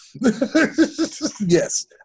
Yes